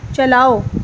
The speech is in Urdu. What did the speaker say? چلاؤ